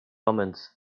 omens